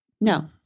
No